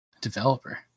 developer